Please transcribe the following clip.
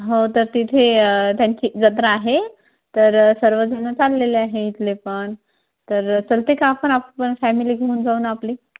हो तर तिथे त्यांची जत्रा आहे तर सर्वजण चाललेले आहे इथले पण तर चालते का आपण आपण फॅमिली घेऊन जाऊ ना आपली